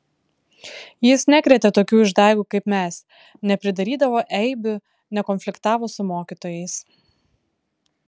jis nekrėtė tokių išdaigų kaip mes nepridarydavo eibių nekonfliktavo su mokytojais